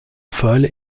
fol